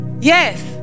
Yes